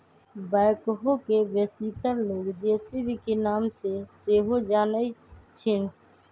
backhoe के बेशीतर लोग जे.सी.बी के नाम से सेहो जानइ छिन्ह